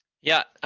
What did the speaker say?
yeah,